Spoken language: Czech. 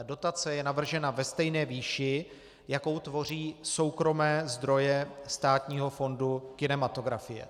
Dotace je navržena ve stejné výši, jakou tvoří soukromé zdroje Státního fondu kinematografie.